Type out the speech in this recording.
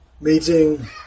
meeting